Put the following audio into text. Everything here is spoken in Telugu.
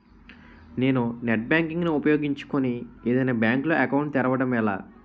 నేను నెట్ బ్యాంకింగ్ ను ఉపయోగించుకుని ఏదైనా బ్యాంక్ లో అకౌంట్ తెరవడం ఎలా?